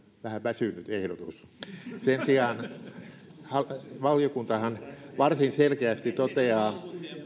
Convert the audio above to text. vähän väsynyt ehdotus sen sijaan valiokuntahan varsin selkeästi toteaa